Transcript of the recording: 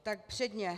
Tak předně...